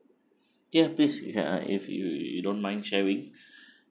yes please uh if you you you don't mind sharing